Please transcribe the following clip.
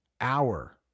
hour